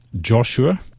Joshua